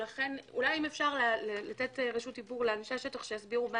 לכן אולי אם אפשר לתת רשות דיבור לאנשי השטח שיסבירו מה